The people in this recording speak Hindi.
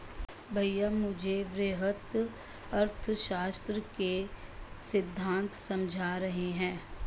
भैया मुझे वृहत अर्थशास्त्र के सिद्धांत समझा रहे हैं